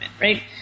Right